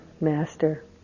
master